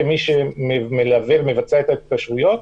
כגוף שמבצע את ההתקשרויות,